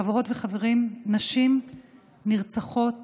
חברות וחברים, נשים נרצחות